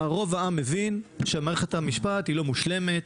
רוב העם מבין שמערכת המשפט היא לא מושלמת,